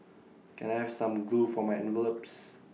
can I have some glue for my envelopes